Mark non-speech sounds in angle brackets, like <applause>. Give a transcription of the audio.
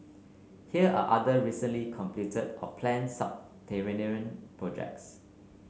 here are other recently completed or planned <unintelligible> projects